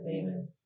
Amen